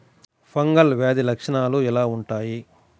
Fungal వ్యాధి లక్షనాలు ఎలా వుంటాయి?